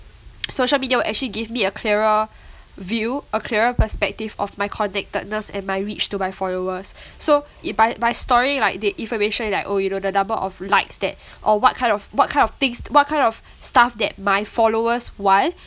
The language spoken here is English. social media will actually give me a clearer view a clearer perspective of my connectedness and my reach to my followers so i~ by by storing like da~ information like oh you know the number of likes that or what kind of what kind of things what kind of stuff that my followers want